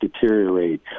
deteriorate